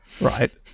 right